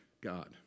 God